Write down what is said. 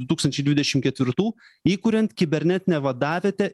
du tūkstančiai dvidešim ketvirtų įkuriant kibernetinę vadavietę